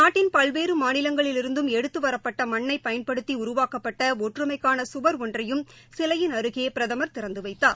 நாட்டின் பல்வேறு மாநிலங்களிலிருந்தும் எடுத்து வரப்பட்ட மண்ணை பயன்படுத்தி உரவாக்கப்பட்ட ஒற்றுமைக்கான சுவர் ஒன்றையும் சிலையின் அருகே பிரதமர் திறந்து வைத்தார்